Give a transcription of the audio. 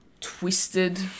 twisted